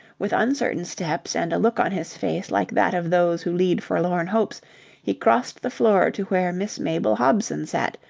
with uncertain steps and a look on his face like that of those who lead forlorn hopes he crossed the floor to where miss mabel hobson sat,